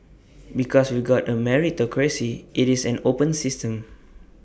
because we've got A meritocracy IT is an open system